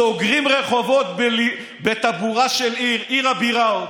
סוגרים רחובות בטבורה של עיר, ועוד עיר הבירה.